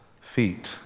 feet